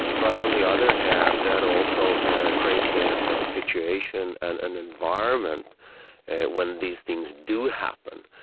but on the other hand, that also creates a situation, and an environment when these things do happen,